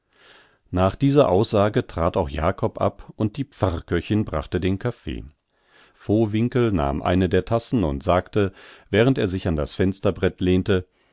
nach dieser aussage trat auch jakob ab und die pfarrköchin brachte den kaffee vowinkel nahm eine der tassen und sagte während er sich an das fensterbrett lehnte